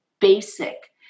basic